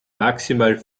maximal